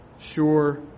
sure